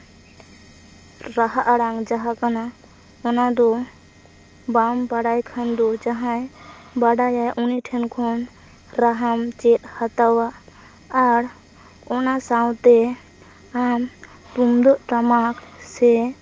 ᱨᱟᱦᱟ ᱟᱲᱟᱝ ᱡᱟᱦᱟᱸ ᱠᱟᱱᱟ ᱚᱱᱟ ᱫᱚ ᱵᱟᱢ ᱵᱟᱲᱟᱭ ᱠᱷᱟᱱ ᱫᱚ ᱡᱟᱦᱟᱸᱭ ᱵᱟᱰᱟᱭᱟ ᱩᱱᱤ ᱴᱷᱮᱱ ᱠᱷᱚᱱ ᱨᱟᱦᱟᱸᱢ ᱪᱮᱫ ᱦᱟᱛᱟᱣᱟ ᱟᱨ ᱚᱱᱟ ᱥᱟᱶᱛᱮ ᱟᱢ ᱛᱩᱢᱫᱟᱹᱜ ᱴᱟᱢᱟᱠ ᱥᱮ